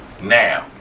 Now